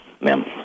ma'am